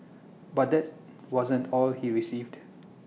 but that's wasn't all he received